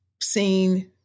seen